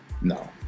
no